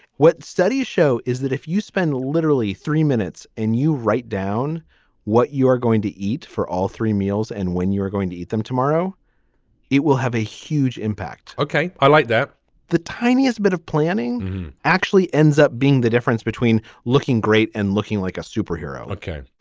what studies show is that if you spend literally three minutes and you write down what you are going to eat for all three meals and when you are going to eat them tomorrow it will have a huge impact. ok i like that the tiniest bit of planning actually ends up being the difference between looking great and looking like a superhero ok.